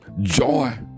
Joy